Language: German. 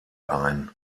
ein